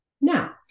Now